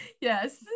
yes